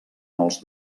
els